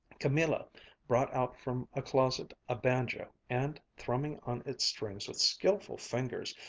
camilla brought out from a closet a banjo and, thrumming on its strings with skilful fingers,